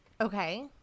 Okay